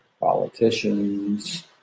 politicians